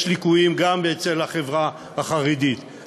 יש ליקויים גם אצל החברה החרדית,